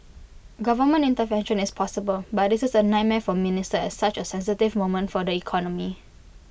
government intervention is possible but this is A nightmare for ministers at such A sensitive moment for the economy